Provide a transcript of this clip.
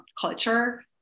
culture